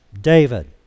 David